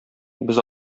без